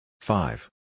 Five